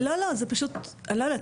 אני לא יודעת.